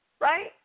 Right